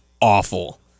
awful